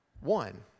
One